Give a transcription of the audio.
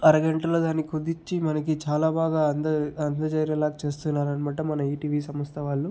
అరగంటలో దాన్నికుదిచ్చి మనకి చాలా బాగా అందజే అందచేరేలాగా చేస్తున్నారన్నమాట మన ఈటీవీ సంస్థ వాళ్ళు